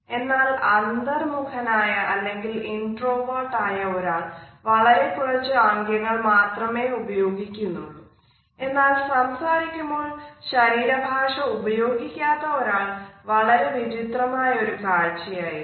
എന്നാൽ സംസാരിക്കുമ്പോൾ ശരീര ഭാഷ ഉപയോഗിക്കാത്ത ഒരാൾ വളരെ വിചിത്രമായ ഒരു കാഴ്ച ആയിരിക്കും